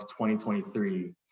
2023